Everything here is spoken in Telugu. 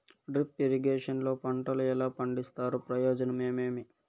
డ్రిప్ ఇరిగేషన్ లో పంటలు ఎలా పండిస్తారు ప్రయోజనం ఏమేమి?